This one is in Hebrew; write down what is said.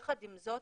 יחד עם זאת,